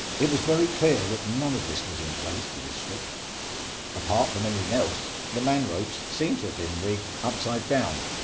it was very clear that none of this was in place for this ship apart from anything else, the man ropes seem to have been rigged upside down.